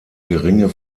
geringe